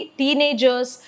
teenagers